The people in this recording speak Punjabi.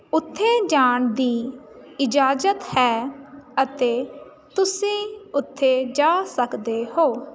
ਉੱਥੇ ਜਾਣ ਦੀ ਇਜ਼ਾਜਤ ਹੈ ਅਤੇ ਤੁਸੀਂ ਉੱਥੇ ਜਾ ਸਕਦੇ ਹੋ